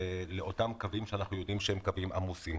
באותם קווים שאנחנו יודעים שהם קווים עמוסים.